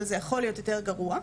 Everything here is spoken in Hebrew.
אבל זה יכול להיות יותר גרוע.